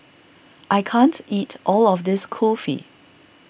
I can't eat all of this Kulfi